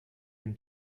dem